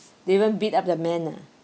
they even beat up the men ah